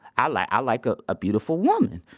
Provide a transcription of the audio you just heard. i like ah like ah a beautiful woman.